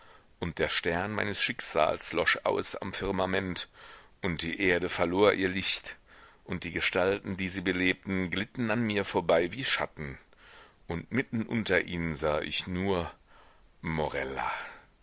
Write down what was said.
und der stern meines schicksals losch aus am firmament und die erde verlor ihr licht und die gestalten die sie belebten glitten an mir vorbei wie schatten und mitten unter ihnen sah ich nur morella